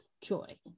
joy